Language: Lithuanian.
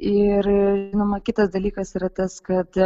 ir žinoma kitas dalykas yra tas kad